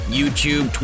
YouTube